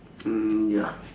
mm ya